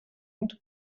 and